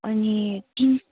अनि कि